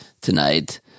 tonight